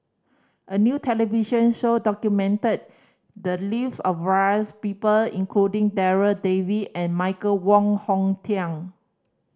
a new television show documented the lives of various people including Darryl David and Michael Wong Hong Teng